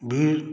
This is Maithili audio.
वीर